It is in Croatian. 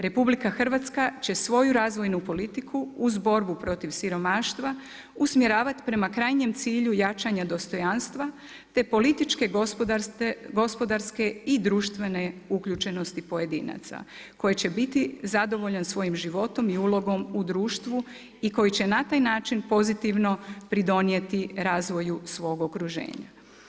Republika Hrvatska će svoju razvojnu politiku uz borbu protiv siromaštva usmjeravati prema krajnjem cilju jačanja dostojanstva te političke, gospodarske i društvene uključenosti pojedinaca koje će biti zadovoljan svojim životom i ulogom u društvu i koji će na taj način pozitivno pridonijeti razvoju svog okruženja.